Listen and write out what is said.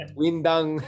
windang